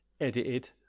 edited